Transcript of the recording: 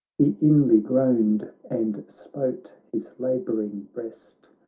he inly groaned and smote his labouring breast.